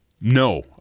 No